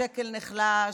השקל נחלש,